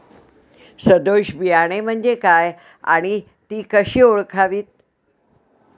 सदोष बियाणे म्हणजे काय आणि ती कशी ओळखावीत?